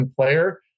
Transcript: player